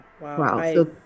wow